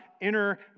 inner